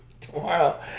tomorrow